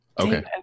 okay